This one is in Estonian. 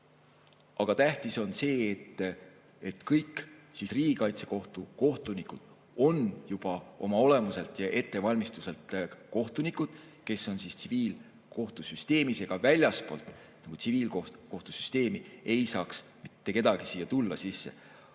Aga tähtis on see, et kõik Riigikaitsekohtu kohtunikud on juba oma olemuselt ja ettevalmistuselt kohtunikud, kes on [tulnud] tsiviilkohtusüsteemist. Väljastpoolt tsiviilkohtusüsteemi ei saaks mitte keegi siia sisse